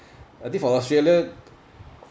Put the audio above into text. I think from australia